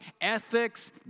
ethics